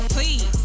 Please